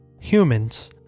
Humans